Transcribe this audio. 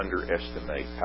underestimate